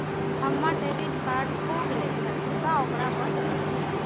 हम्मर debit card खो गयले है, कृपया ओकरा बंद कर दे